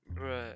Right